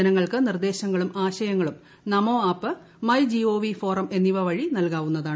ജനങ്ങൾക്ക് നിർദ്ദേശങ്ങളും ആശയങ്ങളും Namo app my GOV forum എന്നിവ വഴി നൽകാവുന്നതാണ്